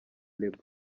label